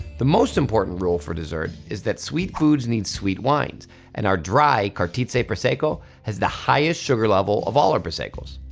the most important rule for dessert is that sweet foods need sweet wines and our dry cartizze prosecco has the highest sugar level of all our proseccos.